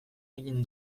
egin